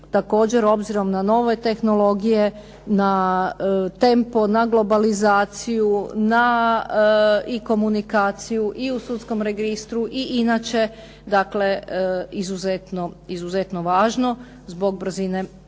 također obzirom na nove tehnologije, na tempo, na globalizaciju, na i komunikaciju, i u sudskom registru, i inače dakle izuzetno važno zbog brzine